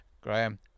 Graham